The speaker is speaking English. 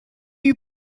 you